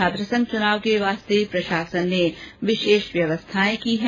छात्रसंघ चुनाव के लिये प्रशासन ने विशेष व्यवस्थायें की है